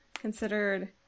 considered